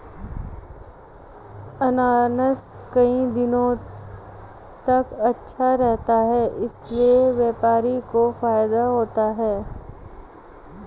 अनानास कई दिनों तक अच्छा रहता है इसीलिए व्यापारी को फायदा होता है